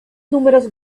números